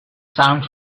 sound